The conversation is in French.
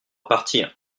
partir